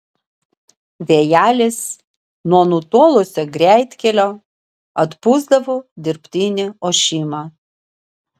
vėjelis nuo nutolusio greitkelio atpūsdavo dirbtinį ošimą